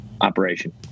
operation